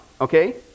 okay